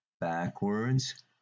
backwards